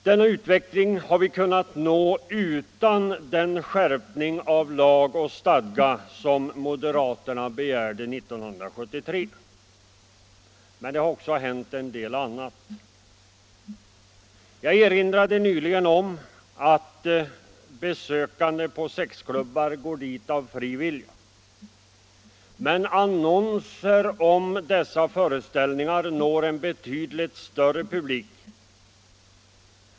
Denna utveckling har vi kunnat nå utan den skärpning av lag och stadga som moderaterna begärde 1973. Men det har också hänt en del annat. Jag erinrade nyligen om att besökande på sexklubbarna går dit av fri vilja. Men annonser om dessa föreställningar når en betydligt större publik.